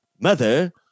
Mother